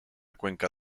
cuenca